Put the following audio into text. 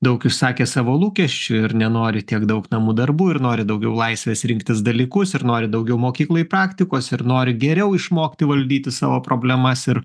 daug išsakė savo lūkesčių ir nenori tiek daug namų darbų ir nori daugiau laisvės rinktis dalykus ir nori daugiau mokykloj praktikos ir nori geriau išmokti valdyti savo problemas ir